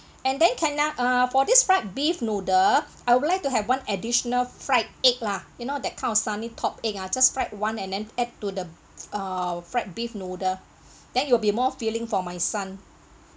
and then can ah uh for this fried beef noodle I would like to have one additional fried egg lah you know that kind of sunny top egg ah just fried one and then add to the uh fried beef noodle then it'll be more feeling for my son